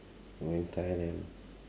when in thailand